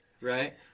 right